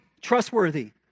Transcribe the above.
trustworthy